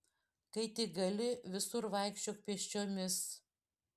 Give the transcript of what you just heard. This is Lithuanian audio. kai tik gali visur vaikščiok pėsčiomis